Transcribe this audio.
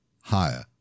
Higher